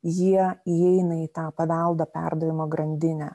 jie įeina į tą paveldo perdavimo grandinę